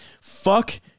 Fuck